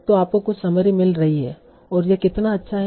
तो आपको कुछ समरी मिल रही है और यह कितना अच्छा है